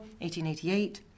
1888